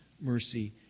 mercy